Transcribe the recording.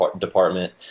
department